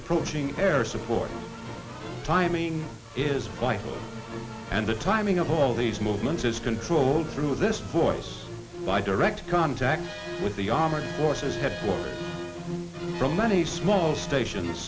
approaching air support timing is vital and the timing of all these movements is controlled through this voice by direct contact with the armored forces head from many small stations